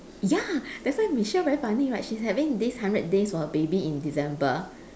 ya that's why michelle very funny right she's having this hundred days for her baby in december